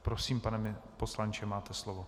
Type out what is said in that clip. Prosím, pane poslanče, máte slovo.